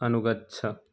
अनुगच्छ